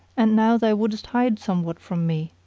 and now thou wouldest hide somewhat from me.